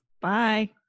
Bye